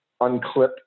unclip